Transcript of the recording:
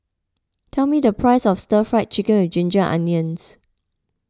tell me the price of Stir Fried Chicken with Ginger Onions